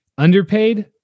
Underpaid